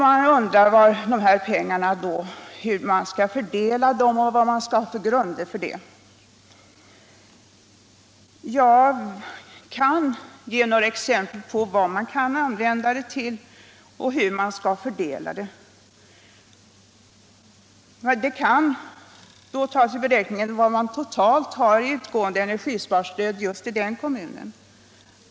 Man undrar hur regeringen skall fördela de här pengarna och vad man skall ha för grunder för det. Jag kan ge några exempel på vad man kan använda stödet till, och hur man skulle kunna fördela det. Man kan då ta med i beräkningen vad som totalt utgår i energisparstöd i den aktuella kommunen.